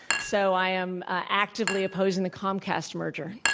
so i am actively opposing the comcast merger.